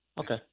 Okay